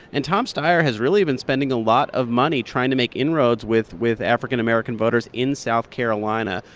and tom steyer has really been spending a lot of money trying to make inroads with with african american voters in south carolina.